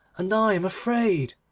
and i am afraid